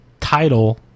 title